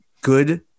good